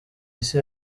isi